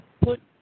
put